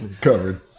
Covered